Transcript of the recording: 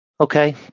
Okay